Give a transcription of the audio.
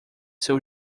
seu